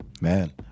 man